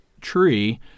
tree